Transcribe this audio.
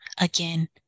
again